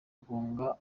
guhunga